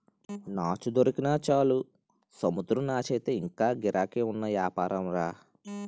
నాచు దొరికినా చాలు సముద్రం నాచయితే ఇంగా గిరాకీ ఉన్న యాపారంరా